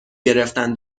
گرفتن